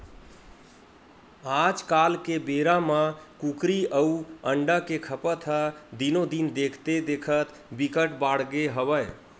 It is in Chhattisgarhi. आजकाल के बेरा म कुकरी अउ अंडा के खपत ह दिनो दिन देखथे देखत बिकट बाड़गे हवय